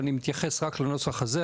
ואני מתייחס רק לנוסח הזה,